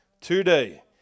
today